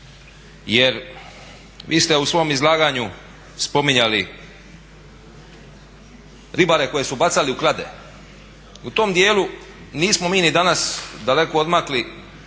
jer vi ste u svom izlaganju spominjali ribare koji su bacali u klade. U tom dijelu nismo mi ni danas daleko odmakli.